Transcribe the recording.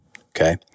okay